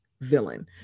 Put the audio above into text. villain